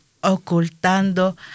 ocultando